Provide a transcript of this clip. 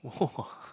[wah]